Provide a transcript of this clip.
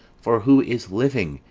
for who is living,